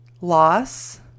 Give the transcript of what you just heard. loss